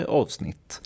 avsnitt